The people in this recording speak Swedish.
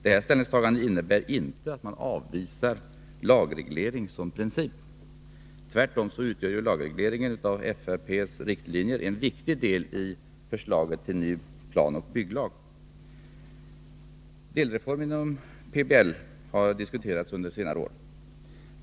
Detta ställningstagande innebär inte att man avvisar lagreglering som princip. Tvärtom utgör lagreglering av FRP:s riktlinjer en viktig del i förslaget till ny planoch bygglag. Delreformer inom PBL har diskuterats under senare år.